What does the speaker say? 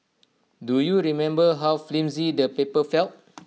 do you remember how flimsy the paper felt